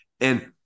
And-